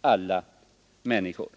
alla människor.